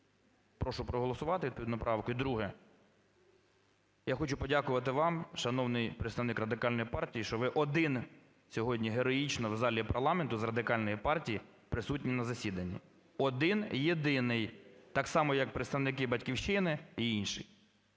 Прошу проголосувати відповідну поправку. І друге. Я хочу подякувати вам, шановний представник Радикальної партії, що ви один сьогодні героїчно в залі парламенту з Радикальної партії присутній на засіданні. Один-єдиний. Так само, як представники "Батьківщини" і інших